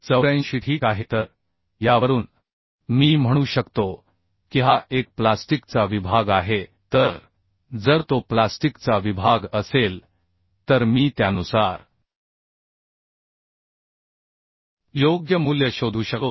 84 ठीक आहे तर यावरून मी म्हणू शकतो की हा एक प्लास्टिकचा विभाग आहे तर जर तो प्लास्टिकचा विभाग असेल तर मी त्यानुसार योग्य मूल्य शोधू शकतो